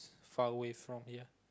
far away from here